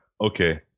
Okay